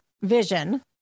vision